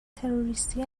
تروریستی